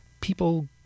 people